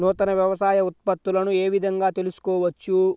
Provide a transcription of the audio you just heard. నూతన వ్యవసాయ ఉత్పత్తులను ఏ విధంగా తెలుసుకోవచ్చు?